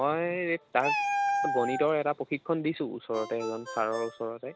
মই তাক গণিতৰ এটা প্ৰশিক্ষণ দিছোঁ ওচৰতে এজন ছাৰৰ ওচৰতে